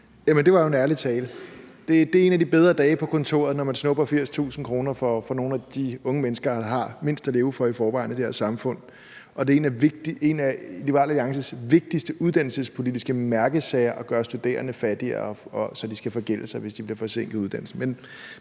det var jo en ærlig tale: Det er en af de bedre dage på kontoret, når man snupper 80.000 kr. fra nogle af de unge mennesker, der har mindst at leve for i forvejen i det her samfund. Det er en af Liberal Alliances vigtigste uddannelsespolitiske mærkesager at gøre studerende fattigere, så de skal forgælde sig, hvis de bliver forsinket i deres uddannelse.